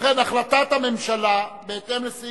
ייתכן שהשר לנדאו רוצה להציג.